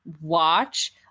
watch